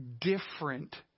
different